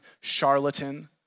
charlatan